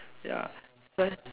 ya right